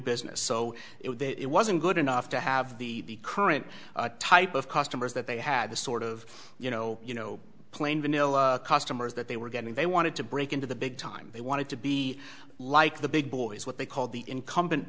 business so it wasn't good enough to have the current type of customers that they had the sort of you know you know plain vanilla customers that they were getting they wanted to break into the big time they wanted to be like the big boys what they called the incumbent